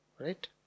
right